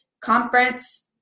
conference